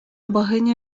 богиня